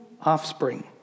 offspring